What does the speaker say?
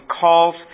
calls